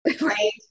right